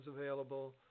available